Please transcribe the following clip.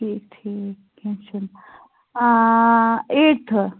ٹھیٖک ٹھیٖک کیٚنٛہہ چھُنہٕ ایٚٹھِتھ